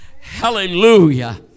Hallelujah